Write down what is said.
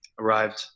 arrived